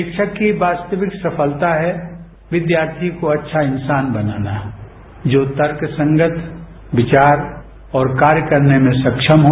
शिक्षक की वास्तविक सफलता है विद्यार्थी को अच्छा इंसान बनाना जो तर्कसंगत विचार और कार्य करने में सक्षम हो